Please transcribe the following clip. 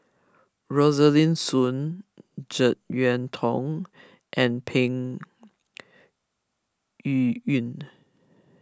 Rosaline Soon Jek Yeun Thong and Peng Yuyun